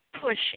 push